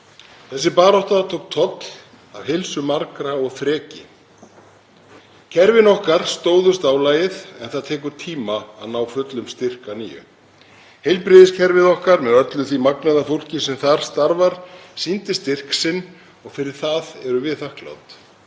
Þessi barátta tók toll af heilsu margra og þreki. Kerfin okkar stóðust álagið en það tekur tíma að ná fullum styrk að nýju. Heilbrigðiskerfið okkar, með öllu því magnaða fólki sem þar starfar, sýndi styrk sinn og fyrir það erum við þakklát.